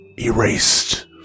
erased